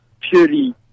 purely